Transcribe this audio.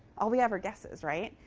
all we have are guesses. right?